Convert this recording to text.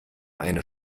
eine